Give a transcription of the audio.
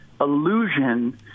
illusion